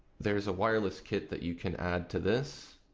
there's a wireless kit that you can add to this